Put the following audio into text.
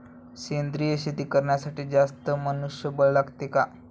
सेंद्रिय शेती करण्यासाठी जास्त मनुष्यबळ लागते का?